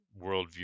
worldview